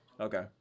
okay